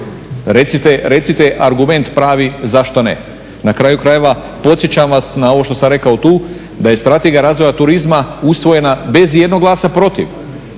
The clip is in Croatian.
recite argument pravi zašto ne. Na kraju krajeva podsjećam vas na ovo što sam rekao tu da je Strategija razvoja turizma usvojena bez i jednog glasa protiv.